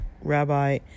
Rabbi